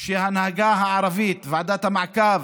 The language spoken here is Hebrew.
שההנהגה הערבית, ועדת המעקב,